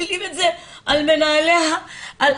מטילים את זה על מנהלי המעון.